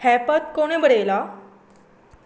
हें पद कोणें बरयलां